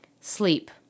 Sleep